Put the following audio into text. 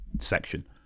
section